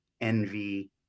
envy